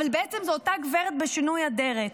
אבל בעצם זו אותה גברת בשינוי אדרת.